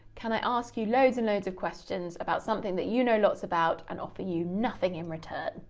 can i ask you loads and loads of questions about something that you know lots about and offer you nothing in return.